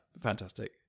Fantastic